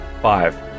Five